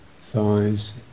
thighs